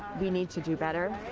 we need to do better.